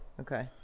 okay